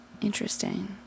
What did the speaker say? Interesting